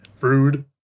Rude